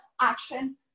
action